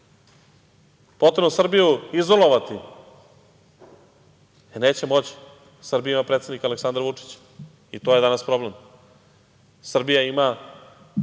Potrebno je Srbiju izolovati.? E, neće moći, Srbija ima predsednika Aleksandra Vučića i to je danas problem. Srbija ima